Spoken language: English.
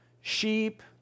sheep